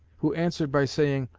who answered by saying,